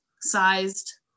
sized